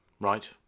Right